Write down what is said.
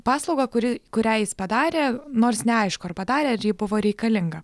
paslaugą kuri kurią jis padarė nors neaišku ar padarė ar ji buvo reikalinga